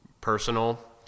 personal